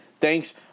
Thanks